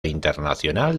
internacional